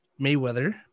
Mayweather